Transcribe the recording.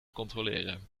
controleren